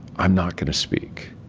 i'm not going to speak.